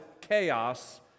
chaos